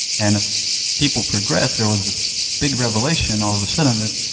and as people progressed, there was this big revelation all of a sudden that,